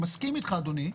אני מסכים אתך אדוני,